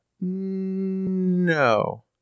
No